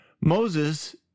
Moses